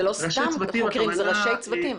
זה לא סתם חוקרים, זה ראשי צוותים.